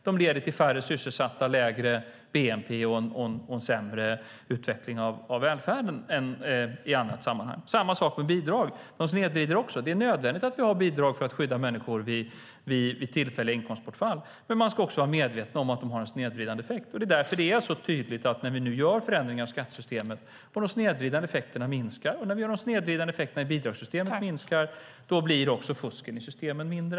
De leder till färre sysselsatta, lägre bnp och sämre utveckling av välfärden. Det är samma sak med bidrag. De snedvrider också. Det är nödvändigt att vi har bidrag för att skydda människor vid tillfälliga inkomstbortfall, men man ska vara medveten om att de har en snedvridande effekt. När vi nu gör förändringar i skattesystemet och de snedvridande effekterna minskar, och när de snedvridande effekterna i bidragssystemet minskar blir fusket i systemen mindre.